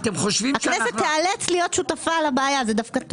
הכנסת תיאלץ להיות שותפה לבעיה זה דווקא טוב.